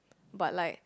but like